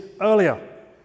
earlier